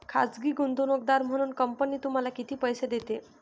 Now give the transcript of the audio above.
खाजगी गुंतवणूकदार म्हणून कंपनी तुम्हाला किती पैसे देते?